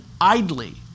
idly